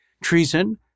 treason